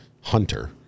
Hunter